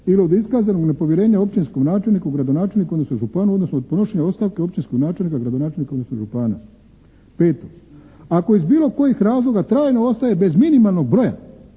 ili od iskazanog nepovjerenja općinskom načelniku, gradonačelniku odnosno županu odnosno od podnošenja ostavke općinskog načelnika, gradonačelnika odnosno župana. Peto. Ako iz bilo kojih razloga trajno ostaje bez minimalnog broja